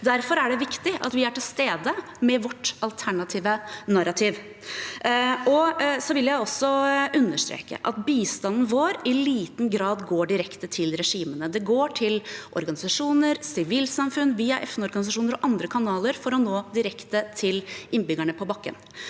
Derfor er det viktig at vi er til stede med vårt alternative narrativ. Jeg vil også understreke at bistanden vår i liten grad går direkte til regimene. Den går til organisasjoner, sivilsamfunn, via FN-organisasjoner og andre kanaler, for direkte å nå innbyggerne på bakken.